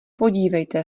podívejte